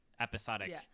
episodic